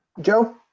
Joe